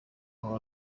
aho